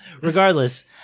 Regardless